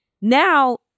Now